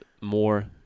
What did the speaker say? more